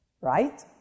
right